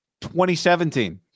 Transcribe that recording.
2017